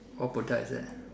what product is that